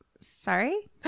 sorry